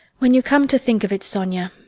when you come to think of it, sonia,